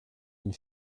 une